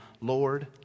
Lord